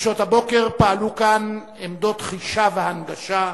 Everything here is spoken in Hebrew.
משעות הבוקר פעלו כאן עמדות חישה והנגשה,